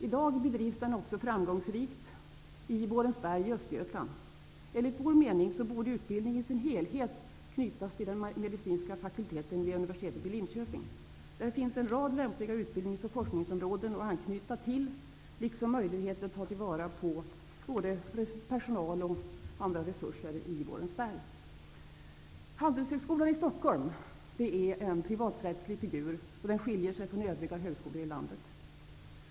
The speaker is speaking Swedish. I dag bedrivs sådan utbildning också framgångsrikt i Borensberg i Östergötland. Enligt vår mening borde utbildningen i sin helhet knytas till den medicinska fakulteten vid Universitetet i Linköping. Där finns en rad lämpliga utbildningsoch forskningsområden att anknyta till, liksom möjligheter att ta till vara personalens kompetens och andra resurser i Borensberg. Handelshögskolan i Stockholm är en privaträttslig figur och skiljer sig från övriga högskolor i landet.